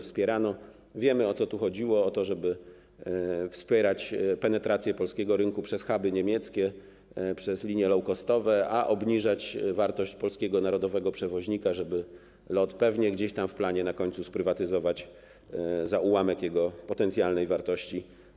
Wiemy, o co tu chodziło, o to, żeby wspierać penetrację polskiego rynku przez huby niemieckie, przez linie lowcostowe, a obniżać wartość polskiego, narodowego przewoźnika, żeby LOT pewnie gdzieś tam w planie na końcu sprywatyzować za ułamek jego potencjalnej wartości.